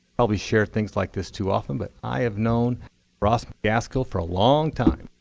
probably share things like this too often, but i have known macaskell for a long time.